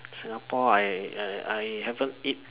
Singapore I I I haven't eat